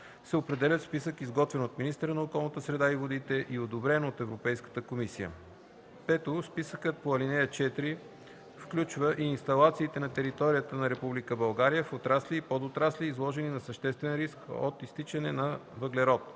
се определят в списък, изготвен от министъра на околната среда и водите и одобрен от Европейската комисия. (5) Списъкът по ал. 4 включва и инсталациите на територията на Република България в отрасли и подотрасли, изложени на съществен риск от изтичане на въглерод.